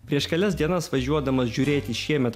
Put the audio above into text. prieš kelias dienas važiuodamas žiūrėti šiemet